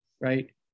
right